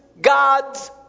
God's